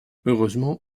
heureusement